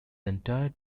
entire